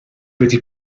wedi